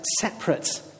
separate